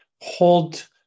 hold